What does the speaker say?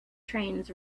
trains